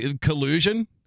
Collusion